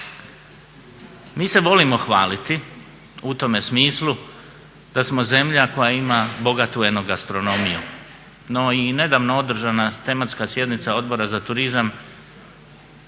Mi se volimo hvaliti u tome smislu da smo zemlja koja ima bogatu eno gastronomiju. No i nedavno održana tematska sjednica Odbora za turizam